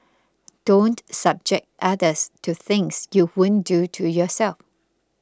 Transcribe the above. don't subject others to things you won't do to yourself